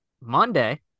Monday